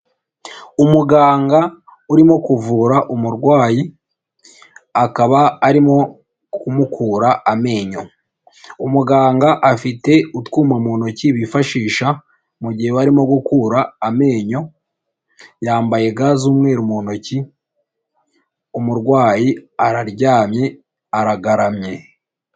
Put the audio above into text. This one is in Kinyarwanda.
Umuganga urimo kuvura umurwayi, akaba arimo kumukura amenyo, umuganga afite utwuma mu ntoki bifashisha mu gihe barimo gukura amenyo, yambaye ga z'umweru mu ntoki, umurwayi araryamye aragaramye.